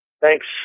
Thanks